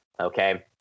okay